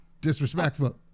disrespectful